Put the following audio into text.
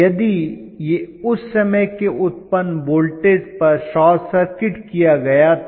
यदि यह उस समय के उत्पन्न वोल्टेज पर शॉर्ट सर्किट किया गया था